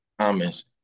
Thomas